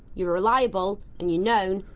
you're reliable and you're known,